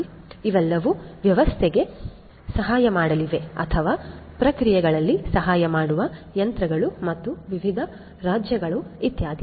ಇವೆಲ್ಲವೂ ವ್ಯವಸ್ಥೆಗಳಿಗೆ ಸಹಾಯ ಮಾಡಲಿವೆ ಅಥವಾ ಪ್ರಕ್ರಿಯೆಗಳಲ್ಲಿ ಸಹಾಯ ಮಾಡುವ ಯಂತ್ರಗಳು ಮತ್ತು ವಿವಿಧ ರಾಜ್ಯಗಳು ಇತ್ಯಾದಿ